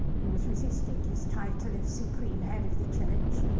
he was resisting his title as supreme head of the church,